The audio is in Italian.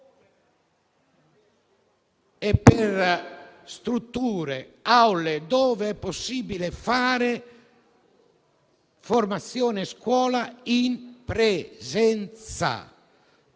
e per strutture e aule dove sia possibile fare formazione scolastica in presenza;